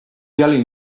bidali